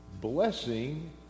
blessing